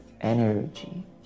energy